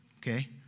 Okay